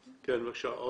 בבקשה.